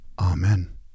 Amen